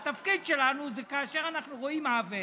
התפקיד שלנו הוא שכאשר אנחנו רואים עוול,